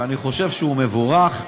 שאני חושב שהוא מבורך.